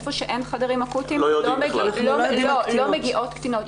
איפה שאין חדרים אקוטיים לא מגיעות קטינות.